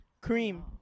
Cream